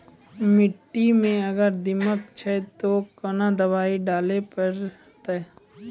मिट्टी मे अगर दीमक छै ते कोंन दवाई डाले ले परतय?